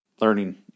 learning